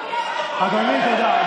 תפסיק לשקר.